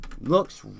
Looks